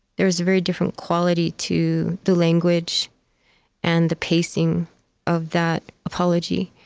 there was a very different quality to the language and the pacing of that apology